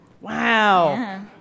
Wow